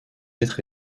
être